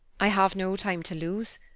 i have no time to lose,